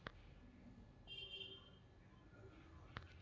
ಒಂದ್ ಊರಿಂದ ಇನ್ನೊಂದ ಊರಿಗೆ ರೊಕ್ಕಾ ಹೆಂಗ್ ವರ್ಗಾ ಮಾಡ್ಬೇಕು?